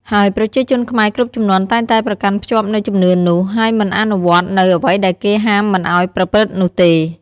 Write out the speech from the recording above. ហើយប្រជាជនខ្មែរគ្រប់ជំនាន់តែងតែប្រកាន់ភ្ជាប់នូវជំនឿនោះ ហើយមិនអនុវត្តនូវអ្វីដែលគេបានហាមមិនអោយប្រព្រឺត្តនោះទេ។